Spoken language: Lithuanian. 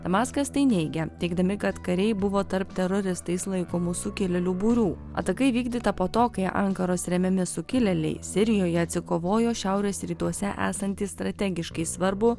damaskas tai neigia teigdami kad kariai buvo tarp teroristais laikomų sukilėlių būrių ataka įvykdyta po to kai ankaros remiami sukilėliai sirijoje atsikovojo šiaurės rytuose esantį strategiškai svarbų